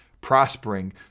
prospering